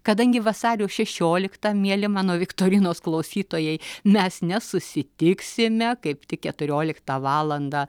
kadangi vasario šešioliktą mieli mano viktorinos klausytojai mes nesusitiksime kaip tik keturioliktą valandą